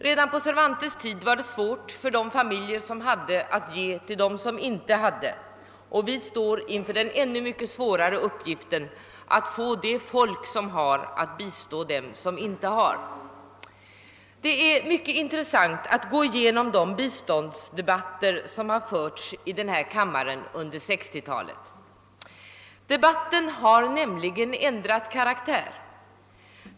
Redan på Cervantes” tid var det svårt för de familjer som hade att ge till dem som inte hade, och vi står inför den ännu mycket svårare uppgiften att få de folk som har att bistå dem som inte har. Det är mycket intressant att gå igenom de biståndsdebatter som har förts i denna kammare under 1960-talet. Debatten har nämligen ändrat karaktär.